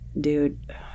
Dude